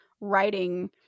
writing